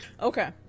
Okay